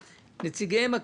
נציגיהם,